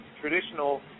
traditional